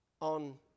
on